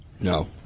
No